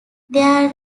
there